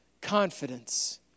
confidence